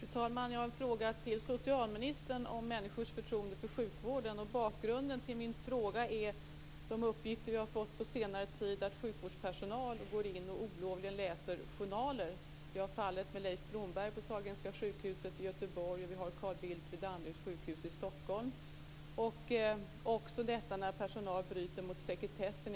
Fru talman! Jag har en fråga till socialministern om människors förtroende för sjukvården. Bakgrunden till min fråga är de uppgifter som vi har fått på senare tid om att sjukvårdspersonal olovligen går in och läser journaler. Vi har fallet med Leif Blomberg på Sahlgrenska sjukhuset i Göteborg, och vi har fallet med Carl Bildt på Danderyds sjukhus i Det förekommer också att personal bryter mot sekretessen.